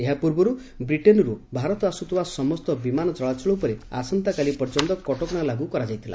ଏହାପୂର୍ବରୁ ବ୍ରିଟେନ୍ରୁ ଭାରତ ଆସୁଥିବା ସମସ୍ତ ବିମାନ ଚଳାଚଳ ଉପରେ ଆସନ୍ତାକାଲି ପର୍ଯ୍ୟନ୍ତ କଟକଣା ଲାଗୁ କରାଯାଇଥିଲା